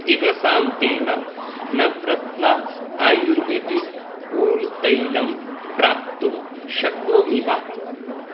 दिवसान्तेन Navratna ayurvedic cool तैलं प्राप्तुं शक्नोमि वा